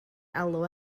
alw